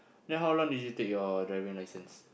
then how long did you take your driving license